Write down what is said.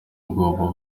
ubwoba